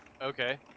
Okay